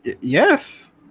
Yes